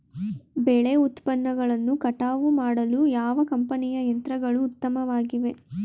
ಬೆಳೆ ಉತ್ಪನ್ನಗಳನ್ನು ಕಟಾವು ಮಾಡಲು ಯಾವ ಕಂಪನಿಯ ಯಂತ್ರಗಳು ಉತ್ತಮವಾಗಿವೆ?